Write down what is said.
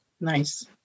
Nice